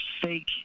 fake